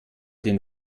den